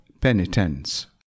penitence